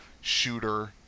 shooter